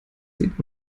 sieht